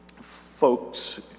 folks